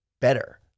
better